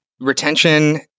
retention